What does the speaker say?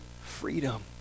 freedom